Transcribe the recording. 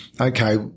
okay